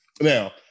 Now